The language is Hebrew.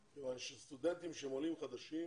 כיוון שסטודנטים שהם עולים חדשים,